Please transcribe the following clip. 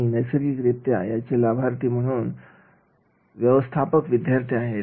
आणि नैसर्गिक रित्या याचे लाभार्थी म्हणून व्यवस्थापक विद्यार्थी आहेत